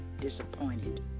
disappointed